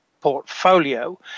portfolio